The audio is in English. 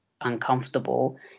uncomfortable